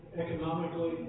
economically